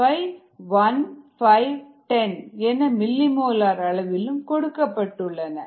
5 1 510 என மில்லிமோலர் அளவிலும் கொடுக்கப்பட்டுள்ளன